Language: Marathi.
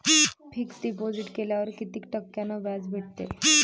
फिक्स डिपॉझिट केल्यावर कितीक टक्क्यान व्याज भेटते?